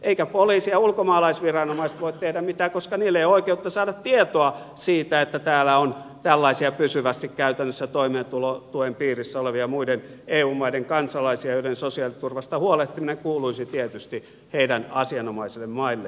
eivätkä poliisi ja ulkomaalaisviranomaiset voi tehdä mitään koska niillä ei ole oikeutta saada tietoa siitä että täällä on tällaisia pysyvästi käytännössä toimeentulotuen piirissä olevia muiden eu maiden kansalaisia joiden sosiaaliturvasta huolehtiminen kuuluisi tietysti heidän asianomaisille mailleen